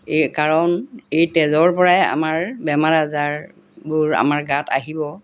এই কাৰণ এই তেজৰ পৰাই আমাৰ বেমাৰ আজাৰবোৰ আমাৰ গাত আহিব